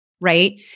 right